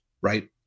right